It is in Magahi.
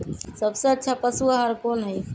सबसे अच्छा पशु आहार कोन हई?